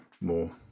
more